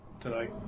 tonight